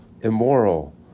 immoral